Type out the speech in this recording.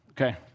Okay